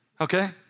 Okay